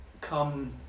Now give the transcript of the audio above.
Come